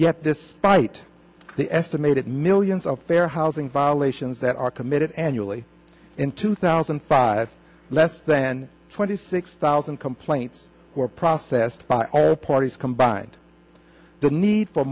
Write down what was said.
site the estimated millions of fair housing violations that are committed annually in two thousand and five less than twenty six thousand complaints were processed by all parties combined the need for